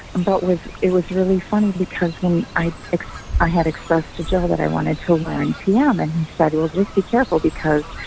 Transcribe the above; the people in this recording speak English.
and but it was really funny because when i ah had expressed to joe that i wanted to learn tm, and he said, well, just be careful because,